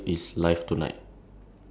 ya live tonight